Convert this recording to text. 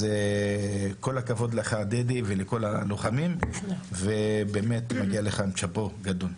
אז כל הכבוד לך דדי ולכל הלוחמים ובאמת מגיע לכם שאפו גדול.